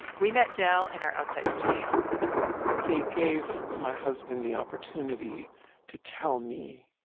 we met dell in our outside studio they gave my husband the opportunity to tell me.